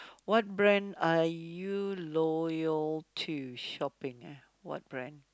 what brand are you loyal to shopping what brand